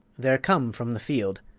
they're come from the field.